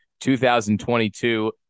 2022